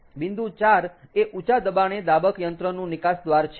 બિંદુ 4 એ ઊંચા દબાણે દાબક યંત્રનું નિકાસ દ્વાર છે